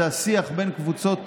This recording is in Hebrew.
השיח בין קבוצות